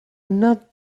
not